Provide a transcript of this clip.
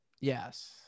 Yes